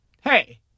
hey